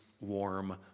warm